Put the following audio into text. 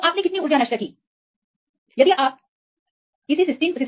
फिर ऊर्जा कितनी दूर खो जाती है